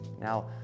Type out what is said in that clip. Now